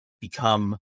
become